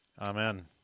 Amen